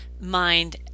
mind